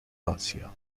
آسیا